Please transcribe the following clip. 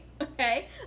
Okay